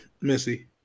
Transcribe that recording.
Missy